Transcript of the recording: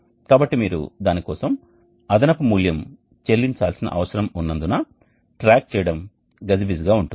కాబట్టి మీరు దాని కోసం అదనపు మూల్యం చెల్లించాల్సిన అవసరం ఉన్నందున ట్రాక్ చేయడం గజిబిజిగా ఉంటుంది